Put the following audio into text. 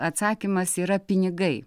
atsakymas yra pinigai